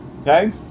Okay